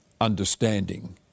understanding